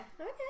okay